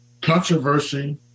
Controversy